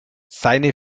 seine